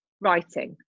writing